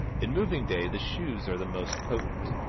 in moving day the shoes are the most potent.